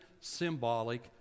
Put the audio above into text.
symbolic